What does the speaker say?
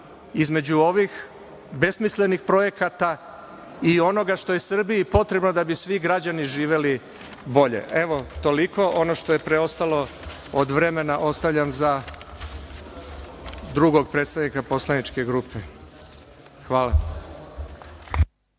između ovih besmislenih projekata i onoga što je Srbiji potrebno da bi svi građani živeli bolje. Toliko. Ono što je preostalo od vremena ostavljam za drugog predstavnika poslaničke grupe. Hvala.